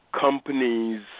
companies